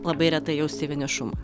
labai retai jausti vienišumą